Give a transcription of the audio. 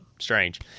strange